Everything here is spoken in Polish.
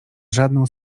żadną